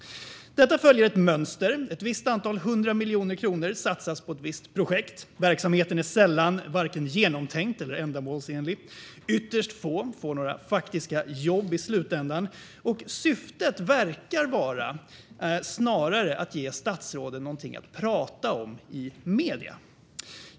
Detta följer ett mönster. Ett visst antal hundra miljoner kronor satsas på ett visst projekt. Verksamheten är sällan genomtänkt eller ändamålsenlig. Ytterst få får några faktiska jobb i slutändan. Syftet verkar snarare vara att ge statsråden någonting att prata om i medierna.